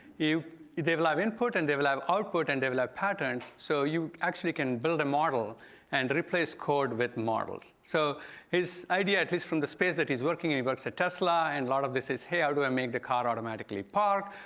they will have input and they will have output and they will have patterns. so you actually can build a model and replace code with models. so his idea, at least from the space that he's working in, he works for tesla, and lot of this is, hey, how do i make the car automatically park,